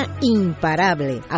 Imparable